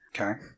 Okay